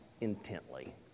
intently